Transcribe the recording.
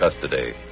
custody